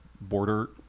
border